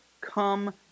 come